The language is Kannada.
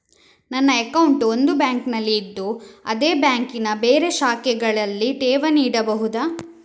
ನನ್ನ ಅಕೌಂಟ್ ಒಂದು ಬ್ಯಾಂಕಿನಲ್ಲಿ ಇದ್ದು ಅದೇ ಬ್ಯಾಂಕಿನ ಬೇರೆ ಶಾಖೆಗಳಲ್ಲಿ ಠೇವಣಿ ಇಡಬಹುದಾ?